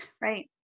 right